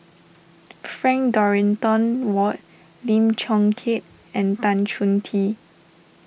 Frank Dorrington Ward Lim Chong Keat and Tan Chong Tee